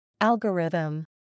Algorithm